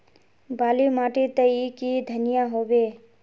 बाली माटी तई की धनिया होबे?